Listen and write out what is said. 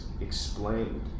explained